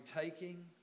taking